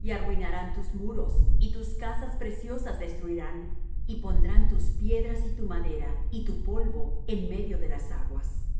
y arruinarán tus muros y tus casas preciosas destruirán y pondrán tus piedras y tu madera y tu polvo en medio de las aguas